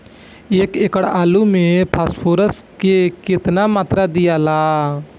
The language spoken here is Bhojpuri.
एक एकड़ आलू मे फास्फोरस के केतना मात्रा दियाला?